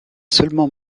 seulement